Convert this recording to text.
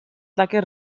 taques